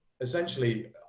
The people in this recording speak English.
essentially